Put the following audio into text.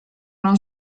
non